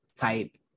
type